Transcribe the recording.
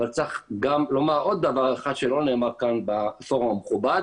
אבל צריך גם לומר עוד דבר אחד שלא נאמר כאן בפורום המכובד,